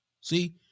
See